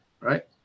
Right